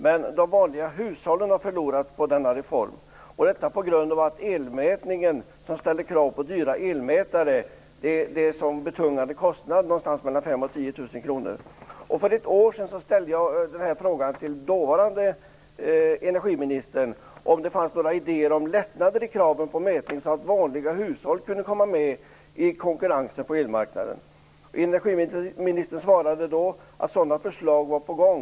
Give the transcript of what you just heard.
Men de vanliga hushållen har förlorat på denna reform på grund av att elmätningen, som ställer krav på dyra elmätare, är en sådan betungande kostnad, någonstans mellan 5 000 och För ett år sedan ställde jag frågan till dåvarande energiministern, om det fanns några idéer om lättnader i kraven på mätning, så att vanliga hushåll kunde komma med i konkurrensen på elmarknaden. Energiministern svarade då att sådana förslag var på gång.